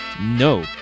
no